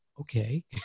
okay